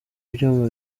ibyuma